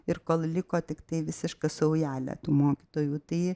ir kol liko tiktai visiška saujelė tų mokytojų tai